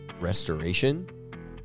restoration